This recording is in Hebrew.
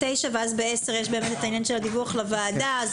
וב-10 ישנו עניין הדיווח לוועדה.